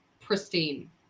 Pristine